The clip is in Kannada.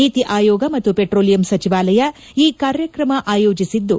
ನೀತಿ ಆಯೋಗ ಮತ್ತು ಪೆಟ್ರೋಲಿಯಂ ಸಚಿವಾಲಯ ಈ ಕಾರ್ಯಕ್ರಮ ಆಯೋಜಿಸಿದ್ದು